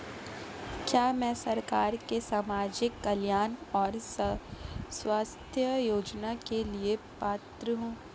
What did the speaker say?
क्या मैं सरकार के सामाजिक कल्याण और स्वास्थ्य योजना के लिए पात्र हूं?